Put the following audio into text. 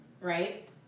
right